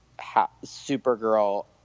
Supergirl